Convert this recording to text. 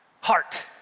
heart